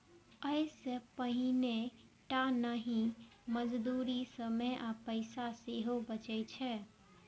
अय से पानिये टा नहि, मजदूरी, समय आ पैसा सेहो बचै छै